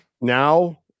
Now